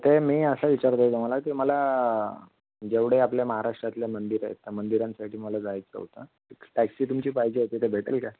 ते मी असं विचारतो आहे तुम्हाला ते मला जेवढे आपले महाराष्ट्रातले मंदिर आहेत त्या मंदिरांसाठी मला जायचं होतं टॅक्सी तुमची पाहिजे होती तर भेटेल का